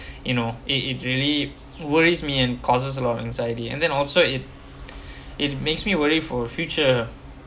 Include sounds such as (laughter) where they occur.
you know it it really worries me and causes a lot of anxiety and then also it (breath) it makes me worry for future